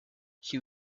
she